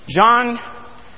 John